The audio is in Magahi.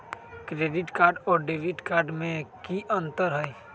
क्रेडिट कार्ड और डेबिट कार्ड में की अंतर हई?